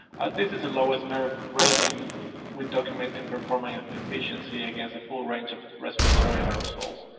as this is the lowest merv rating with documented performing efficiency against the full range of respiratory aerosols.